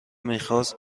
میخواست